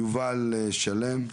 יובל שלם.